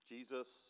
Jesus